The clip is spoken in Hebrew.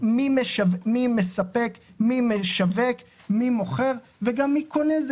בנוגע למי מספק, מי משווק, מי מוכר ומי קונה.